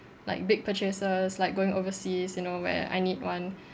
like big purchases like going overseas you know where I need one